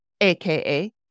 aka